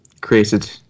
created